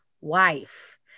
wife